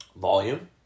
volume